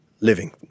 living